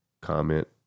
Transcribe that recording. comment